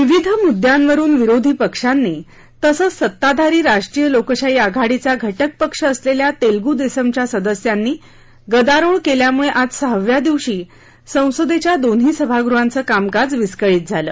विविध मुद्दयांवरुन विरोधी पक्षांनी तसंच सत्ताधारी राष्ट्रीय लोकशाही आघाडीचा घटक पक्ष असलेल्या तेलगू देसमच्या सदस्यांनी गदारोळ केल्यामुळे आज सहाव्या दिवशी संसदेच्या दोन्ही सभागृहाचं कामकाज विस्कळीत झालं